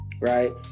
right